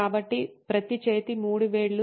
కాబట్టి ప్రతి చేతి మూడు వేళ్లు